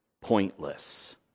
pointless